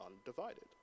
undivided